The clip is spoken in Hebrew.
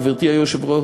גברתי היושבת-ראש,